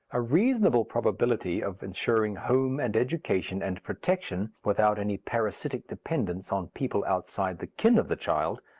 a reasonable probability of ensuring home and education and protection without any parasitic dependence on people outside the kin of the child,